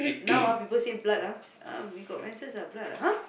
now ah people say blood ah ah you got menses ah blood ah !huh!